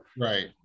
right